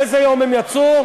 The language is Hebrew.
באיזה יום הם יצאו?